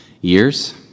years